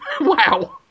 Wow